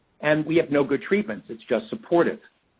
and we have no good treatments it's just supportive.